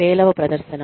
పేలవ ప్రదర్శన